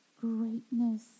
greatness